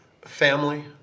family